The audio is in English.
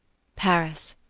paris,